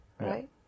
Right